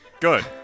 Good